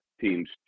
teams